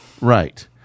right